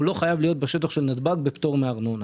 הוא לא חייב להיות בשטח של נתב"ג בפטור מארנונה.